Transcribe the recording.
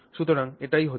সুতরাং এটিই হচ্ছে